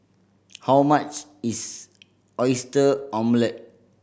how much is Oyster Omelette